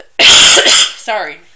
Sorry